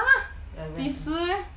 !huh! 几时 eh